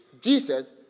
Jesus